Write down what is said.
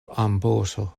amboso